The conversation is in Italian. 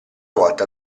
volta